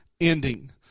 ending